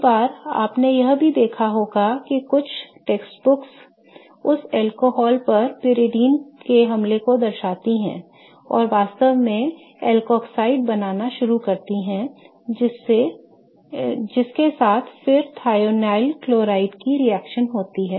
कई बार आपने यह भी देखा होगा कि कुछ पाठ्यपुस्तकें उस अल्कोहल पर पाइरीडीन के हमले को दर्शाती हैं और वास्तव में एक एल्कोऑक्साइड बनाना शुरू करती हैं जिसके साथ फिर थियोनाइल क्लोराइड की रिएक्शन होती है